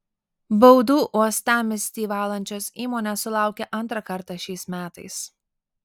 baudų uostamiestį valančios įmonės sulaukia antrą kartą šiais metais